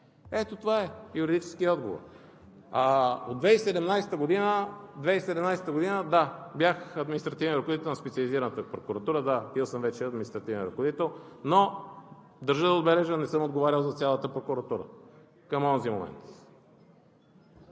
Ето това е – юридически отговор. Да, 2017 г. бях административен ръководител на Специализираната прокуратура, да, бил съм вече административен ръководител. Но държа да отбележа: не съм отговарял за цялата прокуратура към онзи момент.